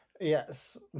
yes